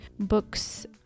books